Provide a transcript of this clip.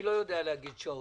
אני לא יודע להגיד שעות.